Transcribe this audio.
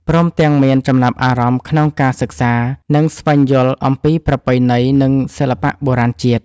ព្រមទាំងមានចំណាប់អារម្មណ៍ក្នុងការសិក្សា និងស្វែងយល់អំពីប្រពៃណីនិងសិល្បៈបុរាណជាតិ។